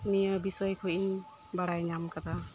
ᱱᱤᱭᱟᱹ ᱵᱤᱥᱚᱭ ᱠᱷᱚᱡ ᱤᱧ ᱵᱟᱲᱟᱭ ᱧᱟᱢ ᱟᱠᱟᱫᱟ